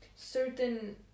certain